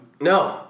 No